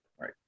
Right